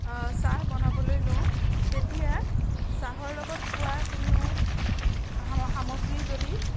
চাহ বনাবলৈ লওঁ তেতিয়া চাহৰ লগত খোৱা কোনো সামগ্ৰী যদি